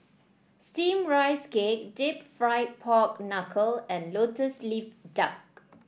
steamed Rice Cake deep fried Pork Knuckle and lotus leaf duck